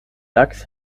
lachs